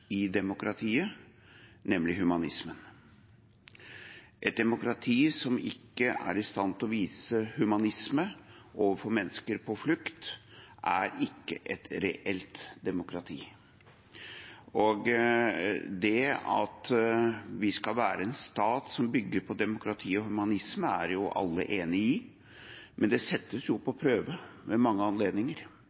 i demokratiet, nemlig humanismen. Et demokrati som ikke er i stand til å vise humanisme overfor mennesker på flukt, er ikke et reelt demokrati. Det at vi skal være en stat som bygger på demokrati og humanisme, er jo alle enig i, men det settes på prøve ved mange anledninger,